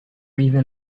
even